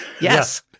yes